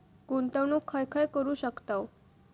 गुंतवणूक खय खय करू शकतव?